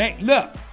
look